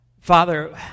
Father